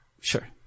Sure